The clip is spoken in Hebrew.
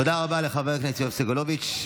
תודה רבה לחבר הכנסת יואב סגלוביץ'.